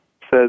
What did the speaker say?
says